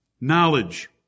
knowledge